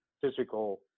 physical